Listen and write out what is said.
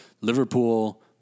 Liverpool